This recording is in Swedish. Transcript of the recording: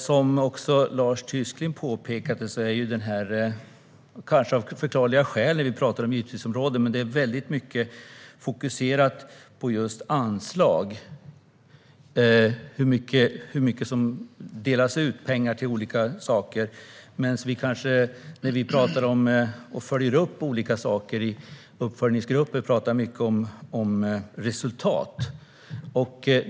Herr talman! Som Lars Tysklind påpekade blir det stort fokus på anslag, vilket kanske sker av förklarliga skäl när vi talar om utgiftsområden. Det handlar om hur mycket pengar som delas ut och hur mycket som går till olika saker. När vi sitter i uppföljningsgrupper talar vi i stället mycket om resultat.